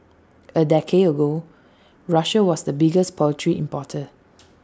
A decade ago Russia was the biggest poultry importer